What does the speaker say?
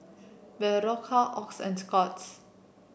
Berocca Oxy and Scott's